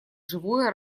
живое